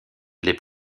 les